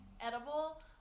edible